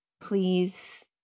please